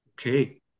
okay